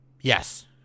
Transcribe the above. Yes